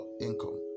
income